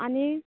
आनी